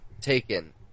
taken